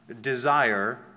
desire